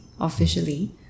officially